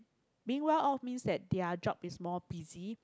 being well off means that their job is more busy